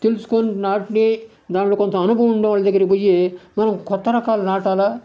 తెలుసుకొని నాట్ని దాంట్లో కొంత అనుభవం ఉన్న వాళ్ళ దగ్గరికి పోయి మనం కొత్త రకాలు నాటాలా